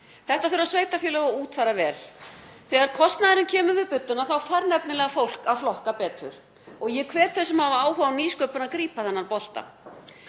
Þetta þurfa sveitarfélög að útfæra vel. Þegar kostnaðurinn kemur við budduna þarf fólk nefnilega að flokka betur og ég hvet þau sem hafa áhuga á nýsköpun að grípa þennan bolta.